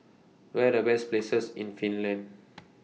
What Are The Best Places in Finland